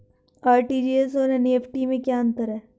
RTGS और NEFT में क्या अंतर है?